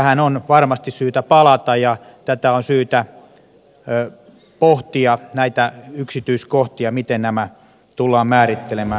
tähän on varmasti syytä palata ja on syytä pohtia näitä yksityiskohtia miten nämä tullaan määrittelemään